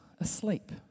asleep